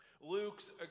Luke's